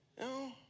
No